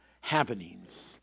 happenings